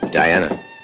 Diana